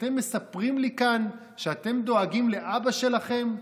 אתם מספרים לי כאן שאתם דואגים לאבא שלכם?